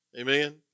Amen